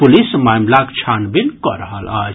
police मामिलाक छानबीन कऽ रहल अछि